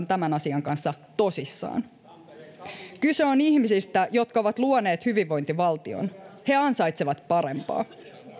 tämän asian kanssa tosissaan kyse on ihmisistä jotka ovat luoneet hyvinvointivaltion he ansaitsevat parempaa